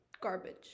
garbage